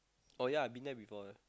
oh ya I've been there before eh